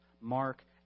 Mark